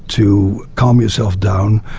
to calm yourself down.